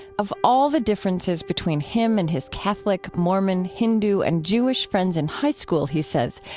of all the differences between him and his catholic, mormon, hindu, and jewish friends in high school, he says,